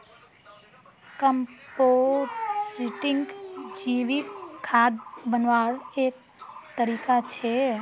composting जैविक खाद बन्वार एक तरीका छे